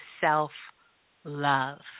self-love